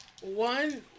one